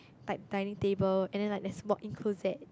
like dining table and then like there's walk-in closet